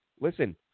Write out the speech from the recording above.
Listen